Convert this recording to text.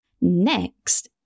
Next